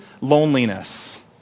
loneliness